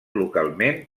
localment